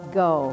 go